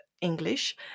English